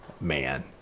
man